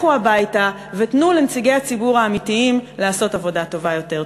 לכו הביתה ותנו לנבחרי הציבור האמיתיים לעשות עבודה טובה יותר.